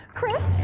Chris